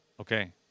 okay